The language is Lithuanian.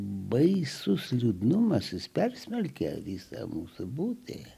baisus liūdnumas jis persmelkia visą mūsų būtį